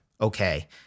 okay